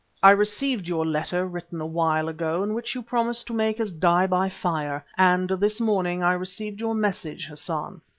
i received your letter, written a while ago, in which you promised to make us die by fire, and, this morning, i received your message, hassan,